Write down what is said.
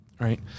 right